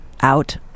out